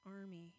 army